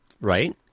Right